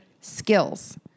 skills